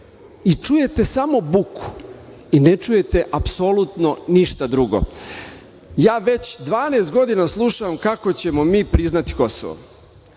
i čujete samo buku i ne čujete apsolutno ništa drugo. Ja već dvanaest godina slušam kako ćemo mi priznati Kosovo.